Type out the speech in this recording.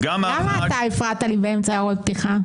למה אתה הפרעת לי באמצע הערות פתיחה?